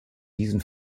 diesen